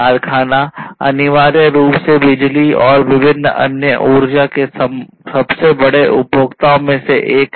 कारखाना अनिवार्य रूप से बिजली और विभिन्न अन्य ऊर्जा के सबसे बड़ा उपभोक्ताओं में से एक हैं